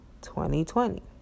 2020